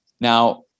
Now